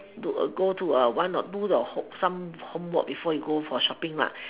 do a go to a why not do the ho some homework before you go for shopping lah